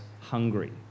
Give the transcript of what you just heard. hungry